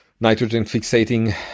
nitrogen-fixating